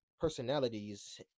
personalities